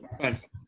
thanks